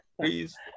Please